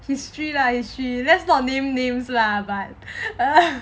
history lah history let's not name name lah